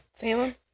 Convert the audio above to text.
salem